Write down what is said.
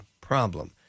problem